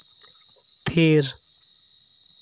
ᱛᱷᱤᱨ